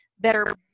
better